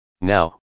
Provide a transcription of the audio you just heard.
Now